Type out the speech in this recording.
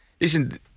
listen